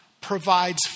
provides